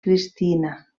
cristina